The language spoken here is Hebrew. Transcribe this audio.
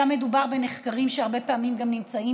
שם מדובר בנחקרים שהרבה פעמים גם נמצאים